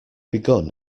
begun